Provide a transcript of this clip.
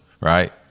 right